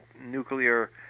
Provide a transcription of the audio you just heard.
nuclear